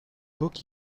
book